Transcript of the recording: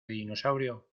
dinosaurio